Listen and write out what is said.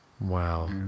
Wow